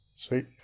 Sweet